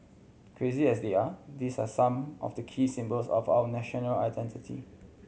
crazy as they are these are some of the key symbols of our national identity